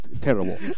Terrible